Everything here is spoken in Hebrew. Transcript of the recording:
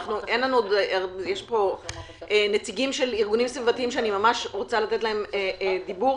יש פה נציגים של ארגונים סביבתיים שאני ממש רוצה לתת להם אפשרות דיבור.